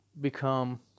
become